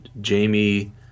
Jamie